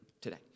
today